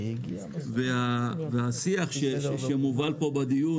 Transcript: השיח שמובל כאן בדיון,